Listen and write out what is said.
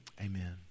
Amen